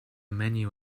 menu